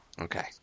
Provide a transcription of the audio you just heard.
Okay